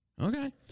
Okay